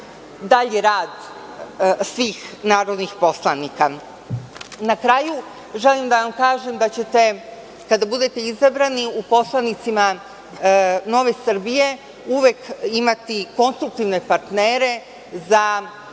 dalji rad svih narodnih poslanika. Na kraju, želim da vam kažem da ćete, kada budete izabrani, u poslanicima Nove Srbije uvek imati konstruktivne partnere za